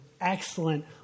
excellent